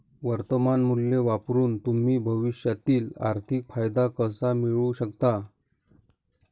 वर्तमान मूल्य वापरून तुम्ही भविष्यातील आर्थिक फायदा कसा मिळवू शकता?